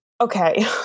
Okay